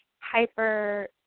hyper